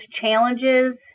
challenges